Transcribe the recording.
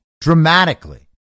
dramatically